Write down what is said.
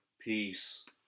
peace